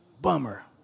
Bummer